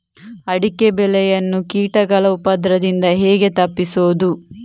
ಅಡಿಕೆ ಬೆಳೆಯನ್ನು ಕೀಟಗಳ ಉಪದ್ರದಿಂದ ಹೇಗೆ ತಪ್ಪಿಸೋದು?